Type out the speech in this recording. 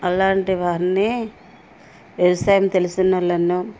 అలాంటి వారిని వ్యవసాయం తెలిసినోళ్ళను